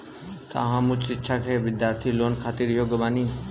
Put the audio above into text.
का हम उच्च शिक्षा के बिद्यार्थी लोन खातिर योग्य बानी?